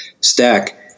stack